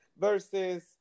Versus